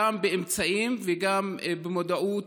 גם באמצעים וגם במודעות,